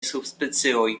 subspecioj